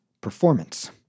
performance